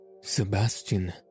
Sebastian